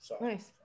Nice